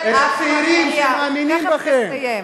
אתם מנסים בכל דרך אפשרית להכריח את הצעירים שמאמינים בכם,